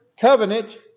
covenant